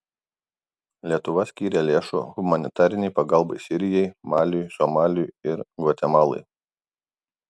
lietuva skyrė lėšų humanitarinei pagalbai sirijai maliui somaliui ir gvatemalai